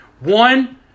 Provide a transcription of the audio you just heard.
One